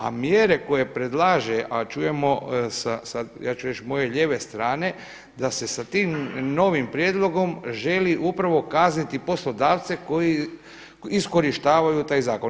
A mjere koje predlaže a čujemo sa, ja ću reći moje lijeve strane, da se sa tim novim prijedlogom želi upravo kazniti poslodavce koji iskorištavaju taj zakon.